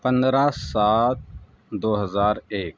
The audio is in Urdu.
پندرہ سات دو ہزار ایک